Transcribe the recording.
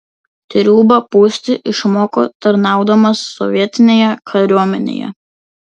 triūbą pūsti išmoko tarnaudamas sovietinėje kariuomenėje